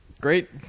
Great